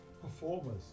Performers